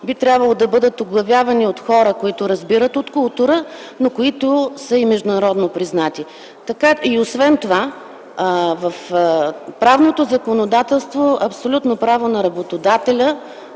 би трябвало да бъдат оглавявани от хора, които разбират от култура, но които са и международно признати. Освен това в правното законодателство абсолютно право на работодателя